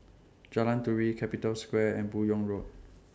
Jalan Turi Capital Square and Buyong Road